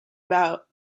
about